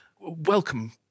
welcome